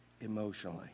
emotionally